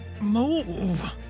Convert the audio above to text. move